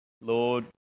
Lord